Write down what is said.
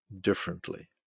differently